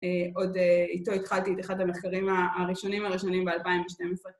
עוד איתו התחלתי את אחד המחקרים הראשונים הראשונים ב-2012